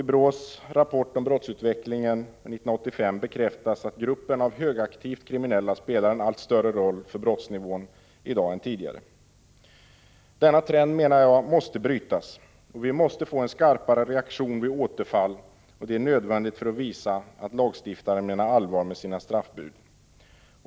I BRÅ:s rapport Brottsutvecklingen 1985 bekräftas att gruppen av högaktivt kriminella spelar en allt större roll för brottsnivån i dag än tidigare. Denna trend måste brytas. En skarpare reaktion vid återfall är nödvändig för att visa att lagstiftaren menar allvar med sina straffbud.